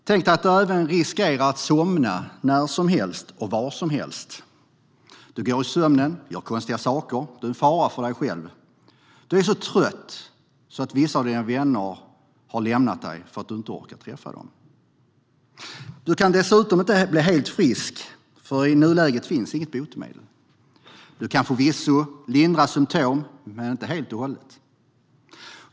Tänk dig att du även riskerar att somna när som helst och var som helst! Du går i sömnen och gör konstiga saker. Du är en fara för dig själv. Du är så trött, och vissa av dina vänner har lämnat dig för att du inte orkar träffa dem. Du kan dessutom inte bli helt frisk, för i nuläget finns det inget botemedel. Du kan förvisso lindra symtomen, men inte helt och hållet.